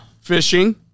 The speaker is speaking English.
Fishing